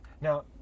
Now